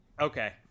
Okay